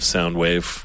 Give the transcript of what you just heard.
Soundwave